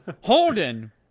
holden